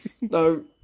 no